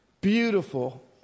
Beautiful